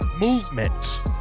movements